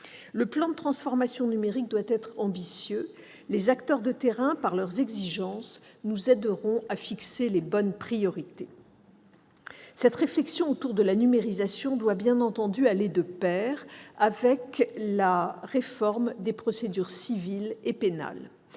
Le plan de transformation numérique doit être ambitieux. Les acteurs de terrain, par leurs exigences, nous aideront à fixer les bonnes priorités. Cette réflexion autour de la numérisation doit aller de pair avec la réforme des procédures civile et pénale.